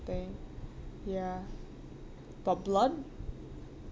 thing ya but blood